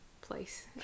place